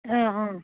অঁ অঁ